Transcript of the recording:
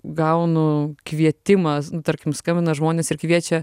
gaunu kvietimą tarkim skambina žmonės ir kviečia